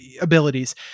abilities